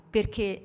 Perché